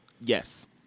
Yes